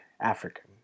African